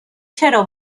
چرا